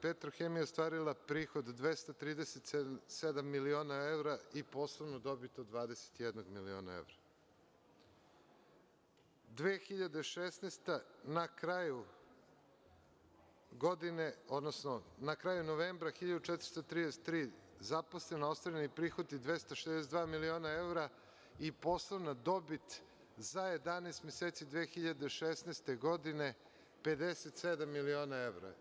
Petrohemija“ je ostvarila prihod od 237 miliona evra i poslovnu dobit od 21 milion evra; na kraju novembra 2016. godine 1.433 zaposlena, ostvareni prihodi 262 miliona evra i poslovna dobit za 11 meseci 2016. godine 57 miliona evra.